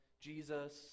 Jesus